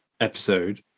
episode